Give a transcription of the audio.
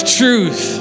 truth